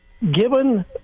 given